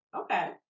Okay